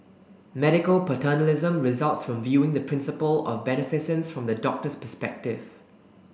medical paternalism results from viewing the principle of beneficence from the doctor's perspective